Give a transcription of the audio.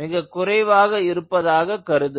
மிக குறைவாக இருப்பதாக கருதுக